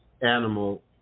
animal